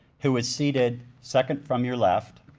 who is seated second from your left.